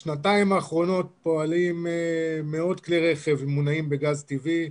בשנתיים האחרונות פועלים מאות כלי רכב מונעים בגז טבעי,